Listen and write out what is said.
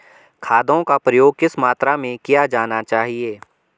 खादों का प्रयोग किस मात्रा में किया जाना चाहिए?